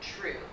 true